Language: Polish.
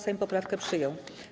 Sejm poprawkę przyjął.